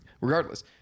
regardless